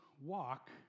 walk